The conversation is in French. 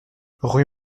rue